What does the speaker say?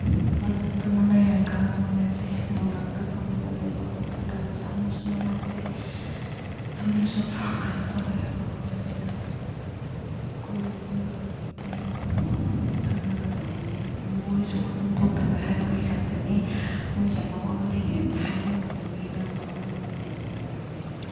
ꯏꯃꯨꯡꯗ ꯐꯖꯅ ꯇꯨꯝꯃ ꯂꯩꯔꯒ ꯃꯣꯏꯅꯗꯤ ꯅꯣꯡꯂꯛꯇ ꯐꯝꯃꯒ ꯂꯩꯕ ꯈꯣꯠꯄꯁꯦ ꯌꯥꯝꯅꯁꯨ ꯅꯨꯡꯉꯥꯏꯇꯦ ꯌꯥꯝꯅꯁꯨ ꯀꯩꯅꯣ ꯇꯧꯋꯤ ꯑꯋꯥꯕꯁꯤ ꯃꯣꯏ ꯑꯩꯈꯣꯏꯅ ꯃꯤ ꯑꯃ ꯑꯣꯏꯕꯒꯤ ꯃꯤ ꯑꯋꯥꯕꯁꯤ ꯈꯪꯅꯒꯗꯧꯕꯅꯤ ꯃꯣꯏꯁꯨ ꯃꯔꯣꯟ ꯊꯣꯛꯇꯕꯒꯤ ꯍꯥꯏꯕꯒꯤ ꯈꯛꯇꯅꯤ ꯃꯣꯏꯁꯨ ꯌꯥꯝ ꯑꯋꯥꯕ ꯊꯦꯡꯅꯔꯤꯕꯅꯤ ꯍꯥꯏꯕ ꯉꯝꯗꯕꯒꯤ ꯂꯣꯟ ꯐꯥꯎꯅꯕ ꯉꯝꯗꯕꯒꯤ ꯇꯧꯕꯅꯤ